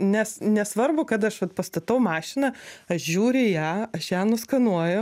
nes nesvarbu kad aš vat pastatau mašiną aš žiūriu į ją aš ją nuskanuoju